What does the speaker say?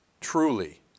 truly